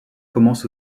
commence